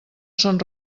són